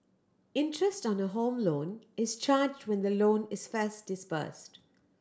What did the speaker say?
interest on a Home Loan is charged when the loan is first disbursed